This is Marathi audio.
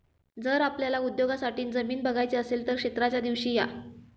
जर आपल्याला उद्योगासाठी जमीन बघायची असेल तर क्षेत्राच्या दिवशी या